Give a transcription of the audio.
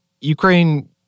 Ukraine